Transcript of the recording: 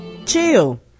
Chill